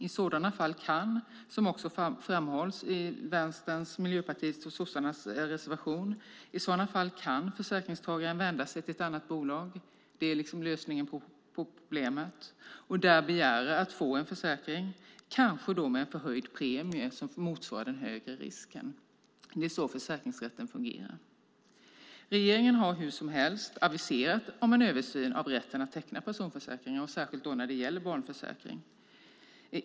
I sådana fall kan, som också framhålls i Vänsterns, Miljöpartiets och Socialdemokraternas reservation, försäkringstagaren vända sig till ett annat bolag - det är lösningen på problemet - och där begära att få en försäkring, kanske med en förhöjd premie som motsvarar den högre risken. Det är så försäkringsrätten fungerar. Regeringen har hur som helst aviserat en översyn av rätten att teckna personförsäkringar och då särskilt barnförsäkringar.